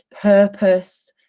purpose